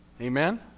Amen